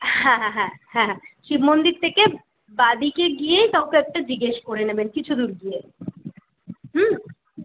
হ্যাঁ হ্যাঁ হ্যাঁ হ্যাঁ শিব মন্দির থেকে বাঁ দিকে গিয়েই কাউকে একটা জিজ্ঞেস করে নেবেন কিছু দূর গিয়ে হুম